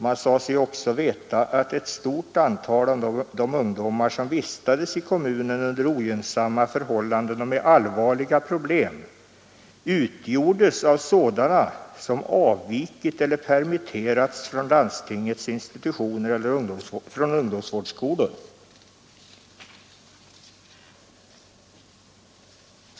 Man sade sig också veta att ett stort antal av de ungdomar som vistades i kommunen under ogynnsamma förhållanden och med allvarliga problem utgjordes av sådana som avvikit eller permitterats från landstingets institutioner eller från ungdom svårdsskolor.